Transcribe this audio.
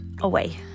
away